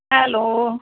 hello